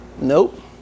nope